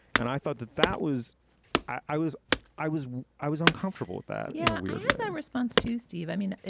and i thought that that was i was i was i was uncomfortable with that yeah response to steve i mean,